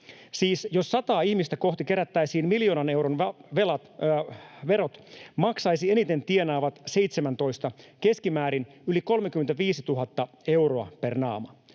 Siis jos 100:aa ihmistä kohti kerättäisiin miljoonan euron verot, maksaisivat eniten tienaavat 17 keskimäärin yli 35 000 euroa per naama